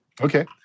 Okay